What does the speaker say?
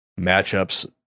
matchups